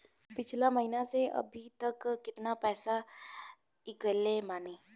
पिछला महीना से अभीतक केतना पैसा ईकलले बानी?